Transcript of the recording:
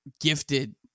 gifted